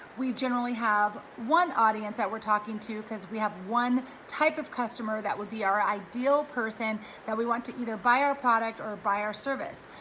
we generally have one audience that we're talking to cause we have one type of customer that would be our ideal person that we want to either buy our product or buy our service.